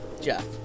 Jeff